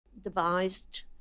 devised